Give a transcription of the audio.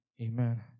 Amen